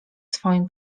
swoim